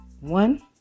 One